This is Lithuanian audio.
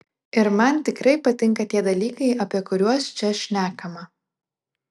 ir man tikrai patinka tie dalykai apie kuriuos čia šnekama